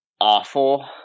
awful